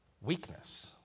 weakness